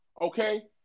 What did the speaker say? Okay